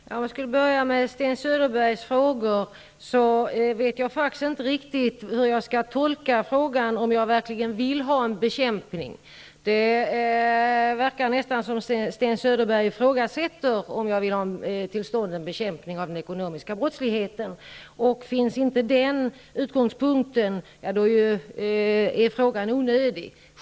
Fru talman! Om jag skall börja med Sten Söderbergs frågor, vet jag inte riktigt hur jag skall tolka frågan om jag verkligen vill ha en bekämpning. Det verkar nästan som om Sten Söderberg ifrågasätter om jag vill ha till stånd en bekämpning av den ekonomiska brottsligheten. Finns inte den utgångspunkten är frågan onödig.